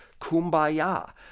Kumbaya